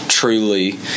Truly